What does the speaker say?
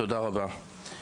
תודה רבה.